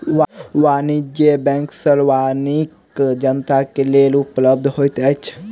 वाणिज्य बैंक सार्वजनिक जनता के लेल उपलब्ध होइत अछि